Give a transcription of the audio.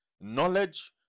Knowledge